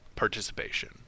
participation